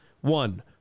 one